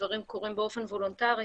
והדברים קורים באופן וולונטרי,